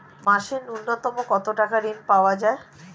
মাসে নূন্যতম কত টাকা ঋণ পাওয়া য়ায়?